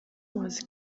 was